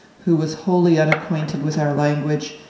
who was wholly unacquainted with our language,